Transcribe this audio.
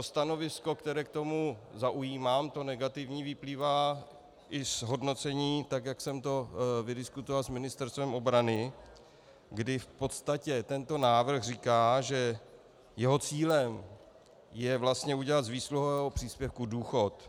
Stanovisko, které k tomu zaujímám, to negativní, vyplývá i z hodnocení, tak jak jsem to vydiskutoval s Ministerstvem obrany, kdy v podstatě tento návrh říká, že jeho cílem je vlastně udělat z výsluhového příspěvku důchod.